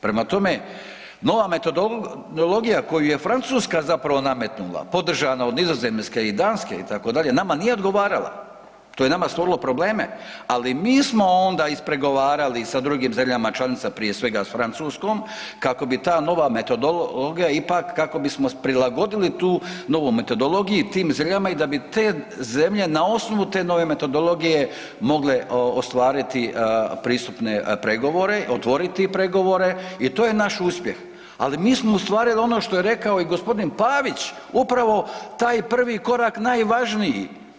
Prema tome, nova metodologija koju je Francuska zapravo nametnula podržana od Nizozemske i Danske itd., nama nije odgovarala, to je nama stvorilo probleme, ali mi smo onda ispregovarali sa drugim zemljama članica prije svega s Francuskom kako bi ta nova metodologija ipak, kako bismo prilagodili tu novu metodologiju tim zemljama i da bi te zemlje na osnovu te nove metodologije mogle ostvariti pristupne pregovore, otvoriti pregovore i to je naš uspjeh, ali mi smo u stvari i ono što je rekao gospodin Pavić upravo taj prvi korak najvažniji.